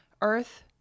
Earth